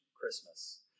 Christmas